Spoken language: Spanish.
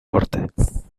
cortes